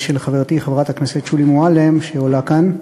של חברתי חברת הכנסת שולי מועלם, שעולה כאן.